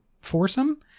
foursome